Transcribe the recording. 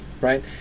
right